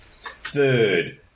Third